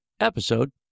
episode